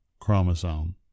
chromosome